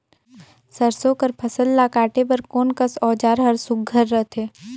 सरसो कर फसल ला काटे बर कोन कस औजार हर सुघ्घर रथे?